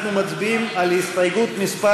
אנחנו מצביעים על הסתייגות מס'